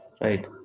Right